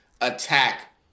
attack